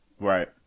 Right